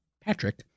Patrick